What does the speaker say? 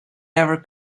never